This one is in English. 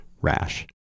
rash